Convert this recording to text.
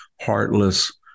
heartless